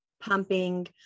pumping